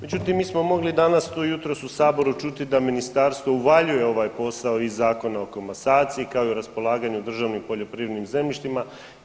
Međutim, mi smo mogli danas tu jutros u saboru čuti da ministarstvo uvaljuje ovaj posao iz Zakona o komasaciji, kao i o raspolaganju državnim poljoprivrednim zemljištima JLS.